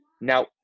Now